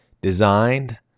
designed